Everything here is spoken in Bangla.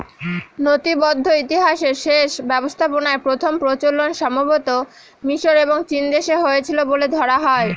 নথিবদ্ধ ইতিহাসে সেচ ব্যবস্থাপনার প্রথম প্রচলন সম্ভবতঃ মিশর এবং চীনদেশে হয়েছিল বলে ধরা হয়